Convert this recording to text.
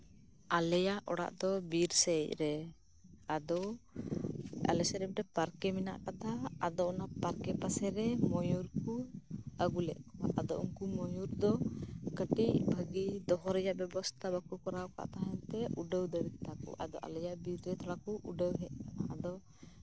ᱟᱞᱮᱭᱟᱜ ᱚᱲᱟᱜ ᱫᱚ ᱵᱤᱨ ᱥᱮᱫᱨᱮ ᱟᱫᱚ ᱟᱞᱮᱥᱮᱜ ᱨᱮ ᱢᱤᱫᱴᱮᱱ ᱯᱟᱨᱠᱮ ᱢᱮᱱᱟᱜ ᱠᱟᱫᱟ ᱟᱫᱚ ᱚᱱᱟ ᱯᱟᱨᱠᱮ ᱯᱟᱥᱮᱨᱮ ᱢᱟᱨᱟᱜ ᱠᱚ ᱟᱹᱜᱩ ᱞᱮᱫ ᱠᱚᱣᱟ ᱟᱫᱚ ᱩᱱᱠᱩ ᱢᱚᱭᱩᱨ ᱫᱚ ᱠᱟᱹᱴᱤᱡ ᱵᱷᱟᱹᱜᱤ ᱫᱚᱦᱚ ᱨᱮᱱᱟᱜ ᱵᱟᱠ ᱵᱮᱵᱚᱥᱛᱷᱟ ᱵᱟᱝᱠᱚ ᱠᱚᱨᱟᱣ ᱠᱟᱜ ᱛᱟᱸᱦᱮᱱ ᱛᱮ ᱩᱰᱟᱹᱣ ᱫᱟᱹᱲ ᱠᱮᱫᱟ ᱠᱚ ᱟᱫᱚ ᱟᱞᱮᱭᱟᱜ ᱵᱤᱨ ᱨᱮ ᱛᱷᱚᱲᱟᱠᱚ ᱩᱰᱟᱹᱣ ᱦᱮᱡ ᱱᱟ ᱟᱫᱚ